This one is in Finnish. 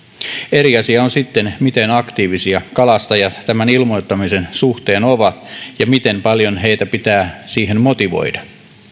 eri asia on sitten miten aktiivisia kalastajat tämän ilmoittamisen suhteen ovat ja miten paljon heitä pitää siihen motivoida